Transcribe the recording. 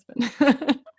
husband